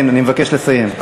כן, אני מבקש לסיים.